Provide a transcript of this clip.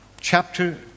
chapter